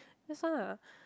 that's why ah